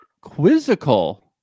quizzical